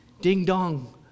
ding-dong